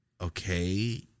okay